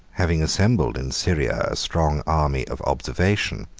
having assembled in syria a strong army of observation,